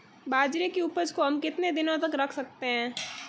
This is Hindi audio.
बाजरे की उपज को हम कितने दिनों तक रख सकते हैं?